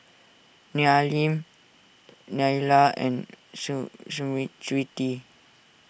Neelam Neila and Smriti